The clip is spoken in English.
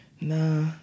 Nah